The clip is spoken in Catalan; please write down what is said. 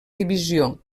divisió